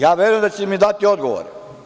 Ja verujem da ćete mi dati odgovore.